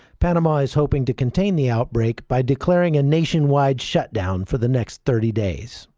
panama is hoping to contain the outbreak by declaring a nationwide shut down for the next thirty days.